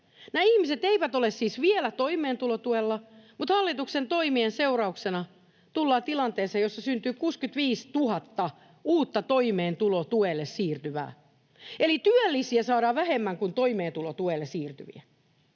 Nämä ihmiset eivät ole siis vielä toimeentulotuella, mutta hallituksen toimien seurauksena tullaan tilanteeseen, jossa syntyy 65 000 uutta toimeentulotuelle siirtyvää. Eli työllisiä saadaan vähemmän kuin toimeentulotuelle siirtyviä.